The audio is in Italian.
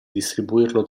distribuirlo